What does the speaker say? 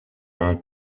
main